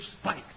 spike